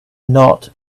not